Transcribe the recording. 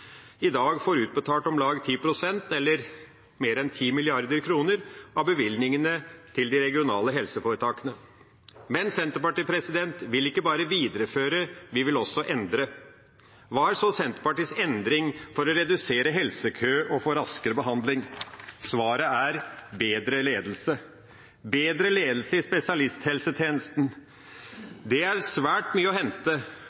i dag får utbetalt om lag 10 pst., eller mer enn 10 mrd. kr, av bevilgningene til de regionale helseforetakene. Men Senterpartiet vil ikke bare videreføre, vi vil også endre. Hva er så Senterpartiets endring for å redusere helsekøene og få raskere behandling? Svaret er bedre ledelse, bedre ledelse i